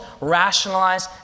rationalize